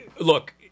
Look